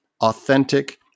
authentic